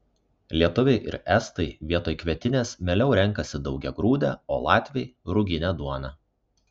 lietuviai ir estai vietoj kvietinės mieliau renkasi daugiagrūdę o latviai ruginę duoną